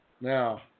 Now